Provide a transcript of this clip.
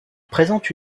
présente